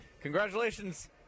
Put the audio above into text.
Congratulations